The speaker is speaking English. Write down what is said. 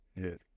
Yes